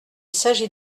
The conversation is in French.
s’agit